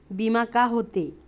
बीमा का होते?